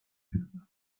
کردم